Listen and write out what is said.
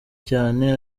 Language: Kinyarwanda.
cyane